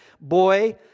boy